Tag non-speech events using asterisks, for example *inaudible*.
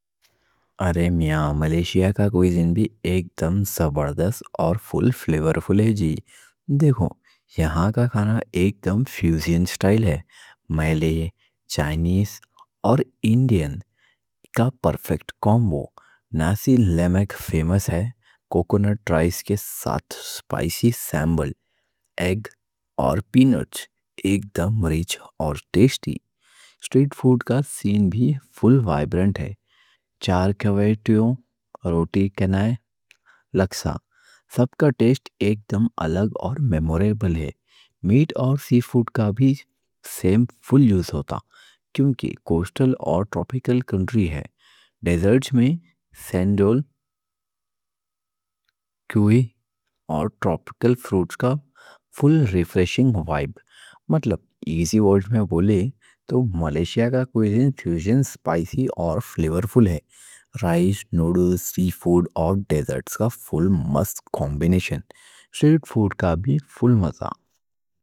ارے میاں، ملیشیا کا کیوزین بھی ایک دم زبردست اور فل فلیورفل ہے جی۔ دیکھو یہاں کا کھانا ایک دم فیوجن اسٹائل ہے۔ مِلے چائنیز اور انڈین کا پرفیکٹ کومبو۔ ناسی لیمک فیمس ہے۔ کوکونٹ رائس کے ساتھ سپائسی سمبل، ایگ اور پی نٹ ایک دم رِچ اور ٹیسٹی۔ اسٹریٹ فوڈ کا سین بھی فل وائبرنٹ ہے۔ چار کوئے ٹیاؤ، روٹی چنائے، لکسا سب کا ٹیسٹ ایک دم الگ اور میموریبل ہے۔ میٹ اور سی فوڈ کا بھی سیم فل یوز ہوتا کیونکہ کوسٹل اور ٹراپیکل کنٹری ہے۔ ڈیزرٹس میں *hesitation* سینڈول کوئے اور ٹراپیکل فروٹ کا فل ریفریشنگ وائب۔ مطلب ایزی ورڈ میں بولے تو، ملیشیا کا کیوزین فیوجن، سپائسی اور فلیورفل۔ رائس، نوڈل، سی فوڈ اور ڈیزرٹس کا فل مست کمبینیشن۔ اسٹریٹ فوڈ کا بھی فل مزہ۔